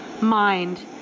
mind